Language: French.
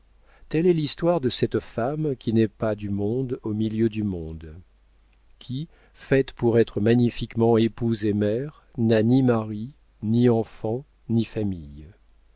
telle est l'histoire de cette femme qui n'est pas du monde au milieu du monde qui faite pour être magnifiquement épouse et mère n'a ni mari ni enfants ni famille